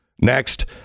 Next